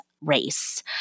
race